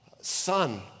son